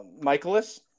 Michaelis